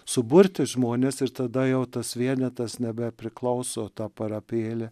suburti žmones ir tada jau tas vienetas nebepriklauso to parapėlė